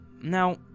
Now